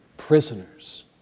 Prisoners